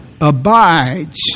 abides